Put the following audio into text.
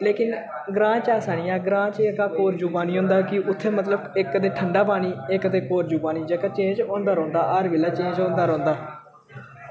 लेकिन ग्रांऽ च ऐसा नी ऐ ग्रांऽ च जेह्का कोरजु पानी होंदा कि उत्थें मतलब इक ते ठंडा पानी इक ते कोरजु पानी जेह्का चेंज होंदा रौंंह्दा हर बेल्लै चेंज होंदा रौंह्दा